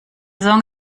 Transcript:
song